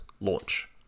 launch